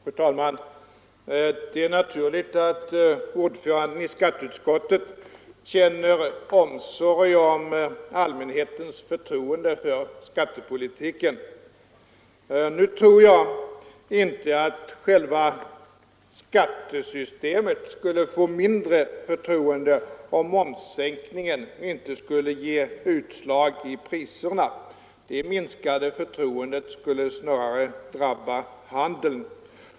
Fru talman! Det är naturligt att ordföranden i skatteutskottet visar omsorg om allmänhetens förtroende för skattepolitiken. Nu tror jag inte att själva skattesystemet skulle röna mindre förtroende om momssänkningen inte skulle ge utslag i priserna. Det minskade förtroendet skulle snarare drabba handeln.